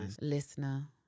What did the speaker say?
listener